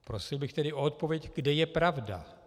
Prosil bych tedy o odpověď, kde je pravda.